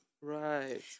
right